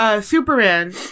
Superman